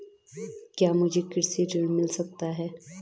क्या मुझे कृषि ऋण मिल सकता है?